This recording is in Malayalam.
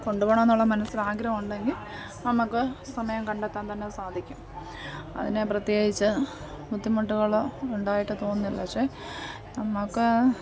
കൊണ്ടുപോവണം എന്നുള്ള മനസ്സിൽ ആഗ്രഹം ഉണ്ടെങ്കിൽ നമുക്ക് സമയം കണ്ടെത്താൻ തന്നെ സാധിക്കും അതിന് പ്രത്യേകിച്ച് ബുദ്ധിമുട്ടുകളോ ഉണ്ടായിട്ട് തോന്നുന്നില്ല പക്ഷേ നമുക്ക്